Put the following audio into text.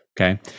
Okay